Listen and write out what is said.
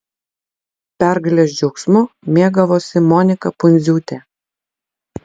pergalės džiaugsmu mėgavosi monika pundziūtė